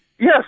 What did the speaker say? Yes